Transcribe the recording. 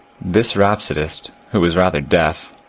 this rhapsodist, who was rather deaf,